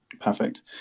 Perfect